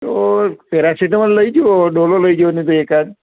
તો એક પેરાસેટેમલ લઈ જોવો ડોલો લઈ જોવો નઇતો એકાદ